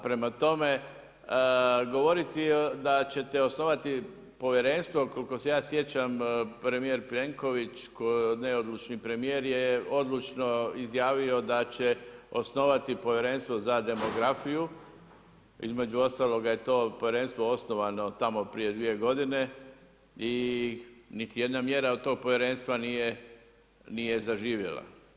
Prema tome, govoriti da ćete osnovati povjerenstvo, koliko se ja sjećam, premijer Plenković, neodlučno premijer je odlučno izjavio da će osnivati povjerenstvo za demografiju, između ostalo je to povjerenstvo osnovano tamo prije 2 godine i niti jedna mjera od tog povjerenstva nije zaživjela.